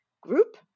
group